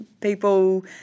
people